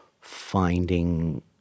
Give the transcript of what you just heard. finding